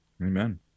Amen